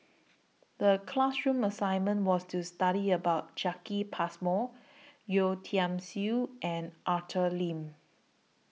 The class assignment was to study about Jacki Passmore Yeo Tiam Siew and Arthur Lim